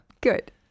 Good